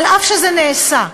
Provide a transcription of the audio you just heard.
אף שזה נעשה,